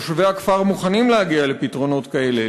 תושבי הכפר מוכנים להגיע לפתרונות כאלה